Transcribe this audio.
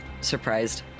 surprised